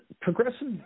progressive